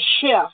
shift